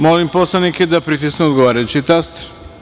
Molim poslanike da pritisnu odgovarajući taster.